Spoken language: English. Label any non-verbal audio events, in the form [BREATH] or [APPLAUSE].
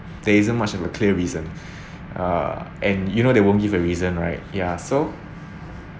there isn't much of a clear reason [BREATH] uh and you know they won't give a reason right ya so